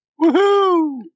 Woohoo